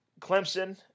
Clemson